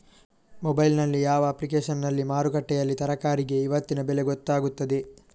Mobile ನಲ್ಲಿ ಯಾವ ಅಪ್ಲಿಕೇಶನ್ನಲ್ಲಿ ಮಾರುಕಟ್ಟೆಯಲ್ಲಿ ತರಕಾರಿಗೆ ಇವತ್ತಿನ ಬೆಲೆ ಗೊತ್ತಾಗುತ್ತದೆ?